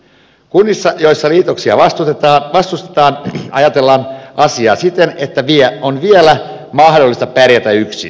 kunnissa joissa liitoksia vastustetaan ajatellaan asiaa siten että on vielä mahdollista pärjätä yksin